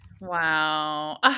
Wow